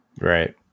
Right